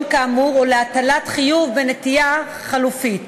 כאמור או להטלת חיוב בנטיעה חלופית.